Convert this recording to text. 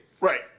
Right